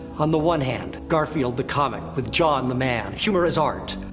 on the one hand, garfield the comic, with jon the man, humor as art.